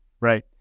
right